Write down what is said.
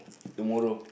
tomorrow